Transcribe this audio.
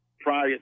Prior